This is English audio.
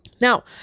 Now